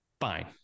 fine